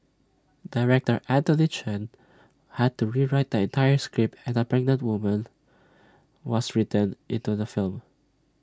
Director Anthony Chen had to rewrite the entire script and A pregnant woman was written into the film